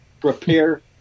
Prepare